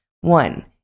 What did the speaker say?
One